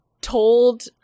told